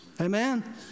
Amen